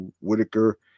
Whitaker